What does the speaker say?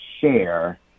share